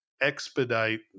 expedite